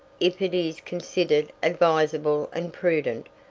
if it is considered advisable and prudent,